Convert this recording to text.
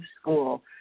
School